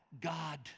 God